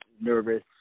nervous